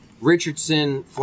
Richardson